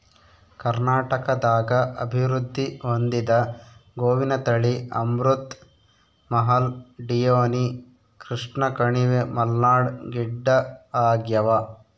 ಕರ್ನಾಟಕದಾಗ ಅಭಿವೃದ್ಧಿ ಹೊಂದಿದ ಗೋವಿನ ತಳಿ ಅಮೃತ್ ಮಹಲ್ ಡಿಯೋನಿ ಕೃಷ್ಣಕಣಿವೆ ಮಲ್ನಾಡ್ ಗಿಡ್ಡಆಗ್ಯಾವ